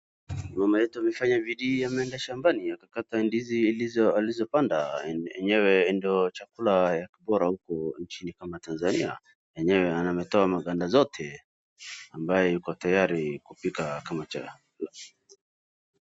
Mama yetu amefanya bidii ameenda shambani akakata ndizi alizopanda enyewe ndo chakula bora huku nchini kama Tanzania, enyewe ametoa maganda yote ambaye ako tayari kupika kama chakula.